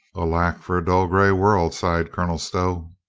alack for a dull gray world, sighed colonel stow.